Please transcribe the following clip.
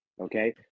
okay